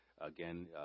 again